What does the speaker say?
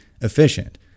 efficient